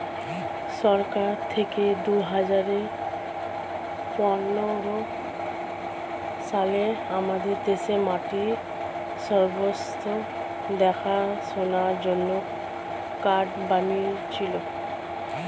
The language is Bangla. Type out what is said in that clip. সরকার থেকে দুহাজার পনেরো সালে আমাদের দেশে মাটির স্বাস্থ্য দেখাশোনার জন্যে কার্ড বানিয়েছিলো